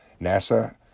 NASA